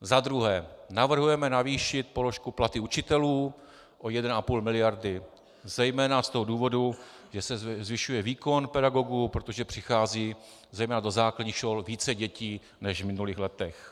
Za druhé, navrhujeme navýšit položku platy učitelů o 1,5 mld., zejména z toho důvodu, že se zvyšuje výkon pedagogů, protože přichází zejména do základních škol více dětí než v minulých letech.